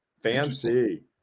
Fancy